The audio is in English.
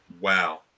Wow